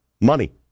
money